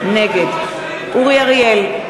נגד אורי אריאל,